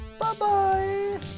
Bye-bye